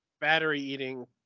battery-eating